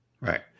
Right